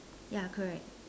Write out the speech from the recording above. ya correct